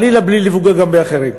בלי לפגוע חלילה באחרים.